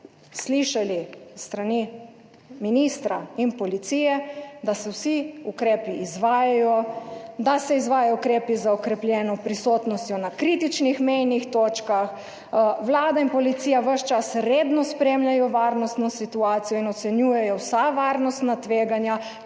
slišali s strani ministra in policije, da se vsi ukrepi izvajajo, da se izvajajo ukrepi za okrepljeno prisotnostjo na kritičnih mejnih točkah. Vlada in policija ves čas redno spremljajo varnostno situacijo in ocenjujejo vsa varnostna tveganja.